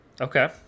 okay